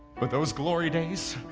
but those glory days,